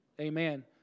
Amen